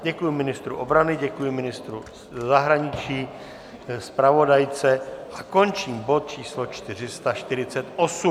Děkuji ministru obrany, děkuji ministru zahraničí, zpravodajce a končím bod číslo 448.